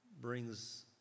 brings